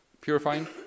purifying